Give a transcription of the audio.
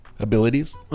Abilities